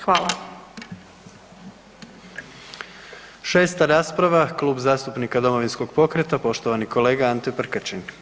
Šesta rasprava Klub zastupnika Domovinskog pokreta, poštovani kolega Ante Prkačin.